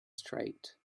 straight